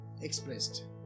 expressed